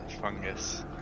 fungus